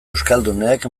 euskaldunek